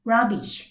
Rubbish